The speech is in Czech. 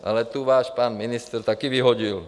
Ale tu váš pan ministr taky vyhodil.